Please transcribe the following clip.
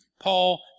Paul